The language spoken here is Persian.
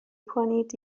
کنید